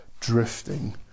drifting